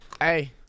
Hey